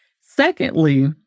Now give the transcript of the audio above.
Secondly